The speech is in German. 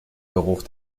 geruch